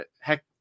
Heck